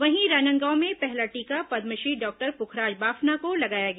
वहीं राजनांदगांव में पहला टीका पद्मश्री डॉक्टर पुखराज बाफना को लगाया गया